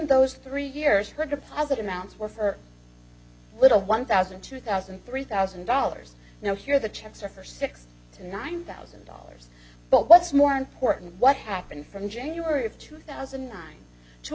those three years her deposit amounts were for little one thousand two thousand three thousand dollars now here the checks are for six to nine thousand dollars but what's more important what happened from january of two thousand and nine t